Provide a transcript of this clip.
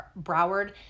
Broward